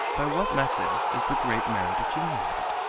by what method is the great merit accumulated?